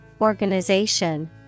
organization